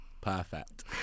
Perfect